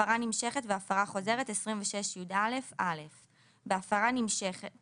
26יאהפרה נמשכת והפרה חוזרת בהפרה נמשכת